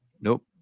Nope